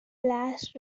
last